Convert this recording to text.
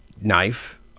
knife